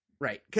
Right